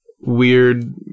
weird